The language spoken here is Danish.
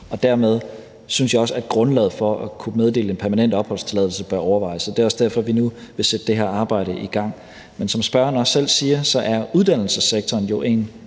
Dermed synes jeg også, at grundlaget for at kunne meddele dem permanent opholdstilladelse bør overvejes, og det er også derfor, at vi nu vil sætte det her arbejde i gang. Men som spørgeren også selv siger, er uddannelsessektoren jo en